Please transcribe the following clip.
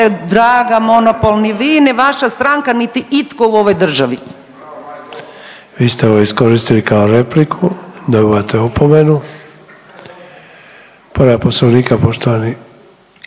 draga monopol ni vi, ni vaša stranka, niti itko u ovoj državi. **Sanader, Ante (HDZ)** Vi ste ovo iskoristili kao repliku dobivate opomenu. Povreda Poslovnika poštovani